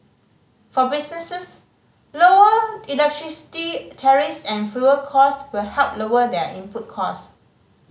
for businesses lower electricity tariffs and fuel cost will help lower their input cost